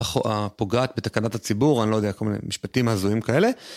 הפוגעת בתקנת הציבור, אני לא יודע, כל מיני משפטים הזויים כאלה.